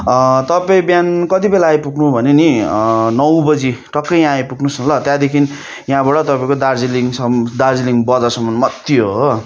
तपाईँ बिहान कति बेला आइपुग्नु भने नि नौ बजी टक्कै यहाँ आइपुग्नु होस् न ल त्यहाँदेखि यहाँबाट तपाईँको दार्जिलिङसम्म दार्जिलिङ बजारसम्म मात्रै हो हो